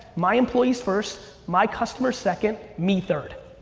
my employees first, my customers second, me third.